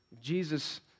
Jesus